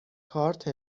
کارت